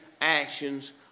actions